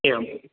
एवम्